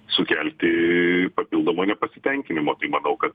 sukelti papildomo nepasitenkinimo tai manau kad